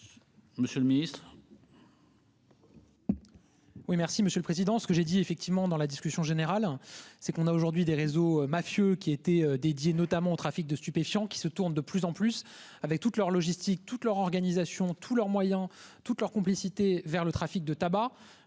Monsieur le ministre,